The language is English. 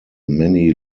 many